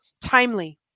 timely